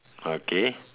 okay